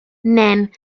nen